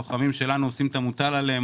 לוחמים שלנו עושים את המוטל עליהם,